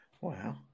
Wow